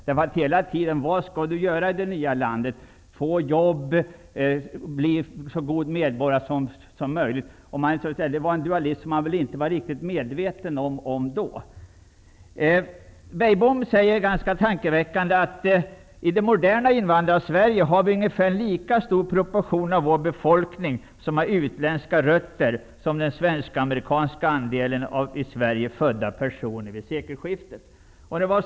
Hela tiden framhölls att vad man borde göra i det nya landet var att få jobb och bli en så god medborgare som möjligt. Det var en dualism som man väl då inte var riktigt medveten om. Beijbom säger tankeväckande att i det moderna Invandrar-Sverige har ungefär en lika stor proportion av befolkningen utländska rötter som den svensk-amerikanska andelen av i Sverige födda personer vid sekelskiftet.